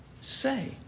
say